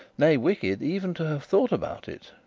nay, wicked even to have thought about it,